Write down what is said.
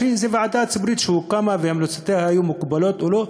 הייתה זו ועדה ציבורית שהוקמה והמלצותיה היו מקובלות או לא.